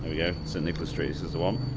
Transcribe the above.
yeah st nicholas street